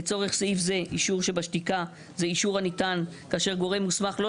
לצורך סעיף זה "אישור שבשתיקה"-אישור הניתן כאשר גורם מוסמך לא